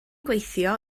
gweithio